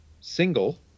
single